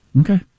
Okay